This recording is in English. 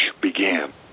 began